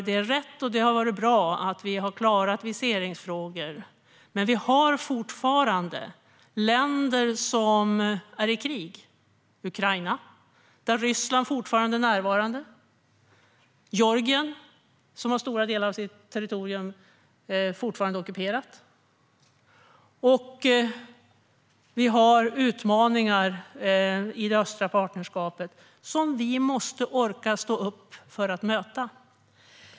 Det är bra att vi har klarat viseringsfrågor, men det finns fortfarande länder som är i krig: Ukraina, där Ryssland fortfarande är närvarande. Georgien har stora delar av sitt territorium fortfarande ockuperat. Det finns utmaningar i det östliga partnerskapet som vi måste stå upp för att möta.